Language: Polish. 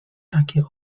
takie